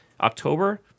October